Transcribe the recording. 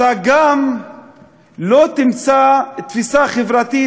אתה גם לא תמצא תפיסה חברתית,